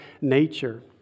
nature